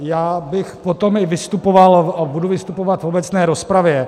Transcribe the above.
Já bych potom i vystupoval a budu vystupovat v obecné rozpravě.